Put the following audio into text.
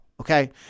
Okay